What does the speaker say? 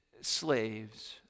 slaves